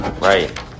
Right